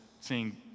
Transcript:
seeing